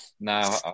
now